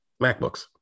MacBooks